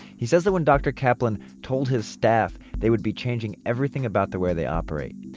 he says that when doctor kaplan told his staff they would be changing everything about the way they operate,